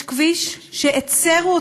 יש כביש שהצרו.